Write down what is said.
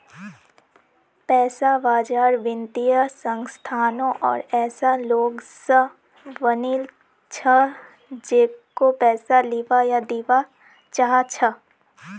पैसा बाजार वित्तीय संस्थानों आर ऐसा लोग स बनिल छ जेको पैसा लीबा या दीबा चाह छ